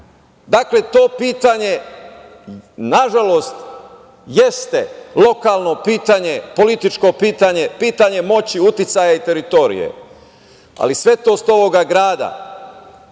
to pitanje, nažalost, jeste lokalno pitanje, političko pitanje, pitanje moći, uticaja i teritorije, ali svetost ovoga grada